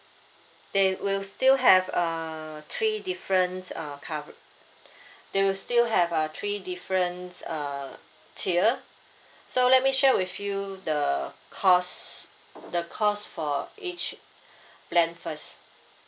they will still have uh three different uh cover~ they will still have uh three different uh tier so let me share with you the cost the cost for each plan first